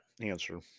answer